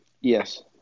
Yes